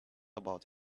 about